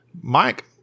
Mike